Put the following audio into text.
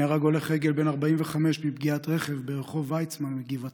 נהרג הולך רגל בן 45 מפגיעת רכב ברחוב ויצמן בגבעתיים,